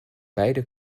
beide